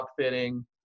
upfitting